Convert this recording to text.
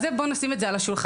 אז את זה בוא נשים על השולחן,